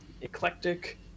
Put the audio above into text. eclectic